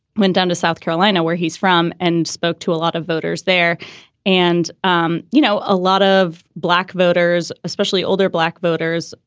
went down to south carolina, where he's from and spoke to a lot of voters there and, um you know, a lot of black voters, especially older black voters,